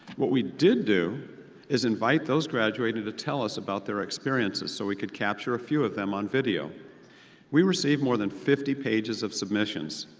what we did do is invite those graduating to tell us about their experiences so we could capture a few of them on video and we received more than fifty pages of submissions!